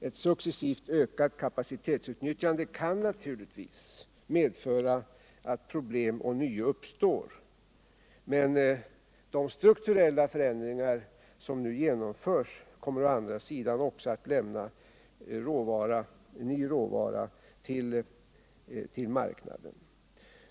Ett successivt ökat kapacitetsutnyttjande kan naturligtvis medföra att problem ånyo uppstår. De strukturella förändringar som nu gjorts kommer å andra sidan att medföra att nya råvaror tillförs marknaden.